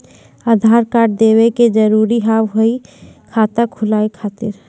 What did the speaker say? आधार कार्ड देवे के जरूरी हाव हई खाता खुलाए खातिर?